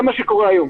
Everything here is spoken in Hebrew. זה מה שקורה היום.